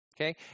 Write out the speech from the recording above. Okay